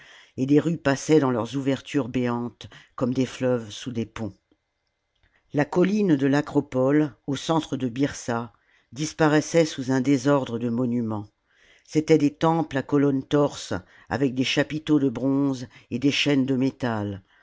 et des rues passaient dans leurs ouvertures béantes comme des fleuves sous des ponts la colline de l'acropole au centre de byrsa disparaissait sous un désordre de monuments c'étaient des temples à colonnes torses avec des chapiteaux de bronze et des chaînes de métal